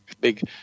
big